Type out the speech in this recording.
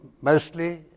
mostly